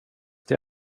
till